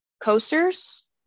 coasters